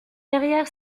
derrière